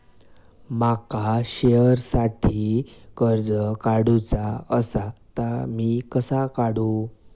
माका शेअरसाठी कर्ज काढूचा असा ता मी कसा काढू?